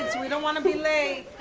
we don't want to be late!